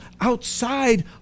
outside